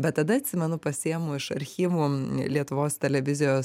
bet tada atsimenu pasiimu iš archyvų lietuvos televizijos